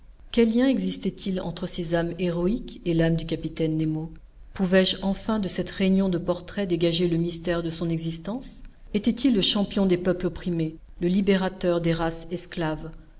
lien existait-il entre ces âmes héroïques et l'âme du capitaine nemo pouvais-je enfin de cette réunion de portraits dégager le mystère de son existence était-il le champion des peuples opprimés le libérateur des races esclaves